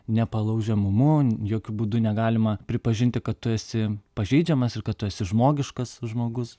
nepalaužiamumu jokiu būdu negalima pripažinti kad tu esi pažeidžiamas ir kad tu esi žmogiškas žmogus